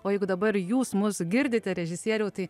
o jeigu dabar jūs mus girdite režisieriau tai